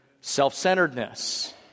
self-centeredness